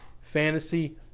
fantasy